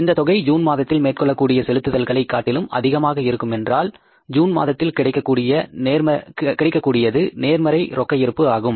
இந்த தொகை ஜூன் மாதத்தில் மேற்கொள்ளக்கூடிய செலுத்துதல்களைக் காட்டிலும் அதிகமாக இருக்கும் என்றால் அது ஜூன் மாதத்தில் கிடைக்கக்கூடியது நேர்மறை ரொக்க இருப்பு ஆகும்